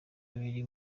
biri